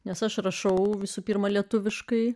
nes aš rašau visų pirma lietuviškai